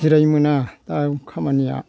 जिरायनो मोना दा खामानिआ